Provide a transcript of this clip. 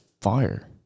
fire